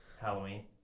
Halloween